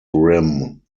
rim